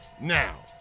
Now